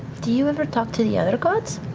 do you ever talk to the other gods?